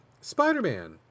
Spider-Man